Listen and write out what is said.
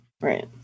Right